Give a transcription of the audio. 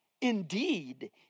Indeed